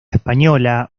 española